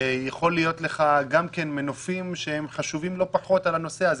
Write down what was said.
יכולים להיות לך מנופים חשובים לא פחות בנושא הזה.